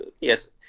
yes